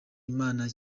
imana